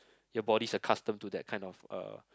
your body is accustomed to that kind of uh